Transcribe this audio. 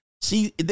See